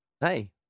hey